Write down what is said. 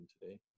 today